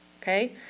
okay